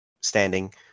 standing